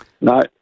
no